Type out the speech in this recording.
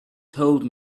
told